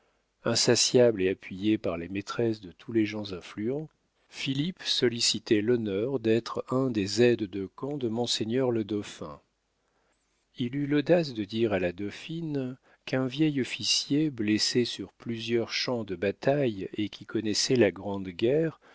insatiable et appuyé par les maîtresses de tous les gens influents philippe sollicitait l'honneur d'être un des aides de camp de monseigneur le dauphin il eut l'audace de dire à la dauphine qu'un vieil officier blessé sur plusieurs champs de bataille et qui connaissait la grande guerre